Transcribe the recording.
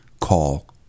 Call